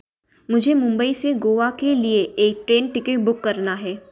मुझे मुंबई से गोवा के लिए एक ट्रेन टिकट बुक करना है